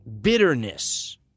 bitterness